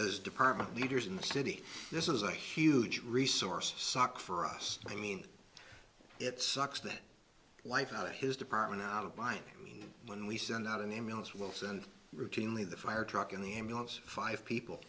as department leaders in the city this is a huge resource sock for us i mean it sucks that life out of his department out of mind when we send out an ambulance will send routinely the fire truck in the ambulance five people